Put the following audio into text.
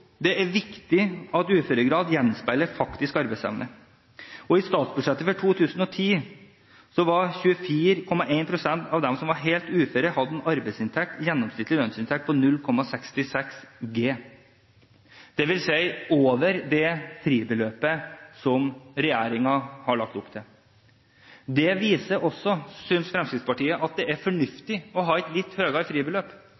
det er viktig at uføregrad gjenspeiler faktisk arbeidsevne. I statsbudsjettet for 2010 hadde 24,1 pst. av dem som var helt uføre, en gjennomsnittlig arbeidsinntekt på 0,66 G. Det vil si over det fribeløpet som regjeringen har lagt opp til. Det viser også, synes Fremskrittspartiet, at det er